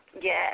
Yes